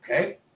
Okay